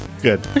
Good